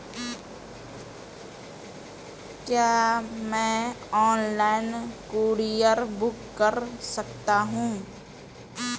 क्या मैं online courier book कर सकता हूँ?